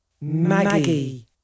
Maggie